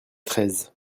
treize